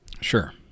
Sure